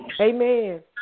Amen